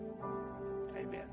Amen